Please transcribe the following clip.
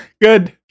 Good